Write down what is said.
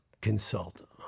consult